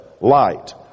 Light